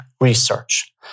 research